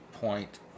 point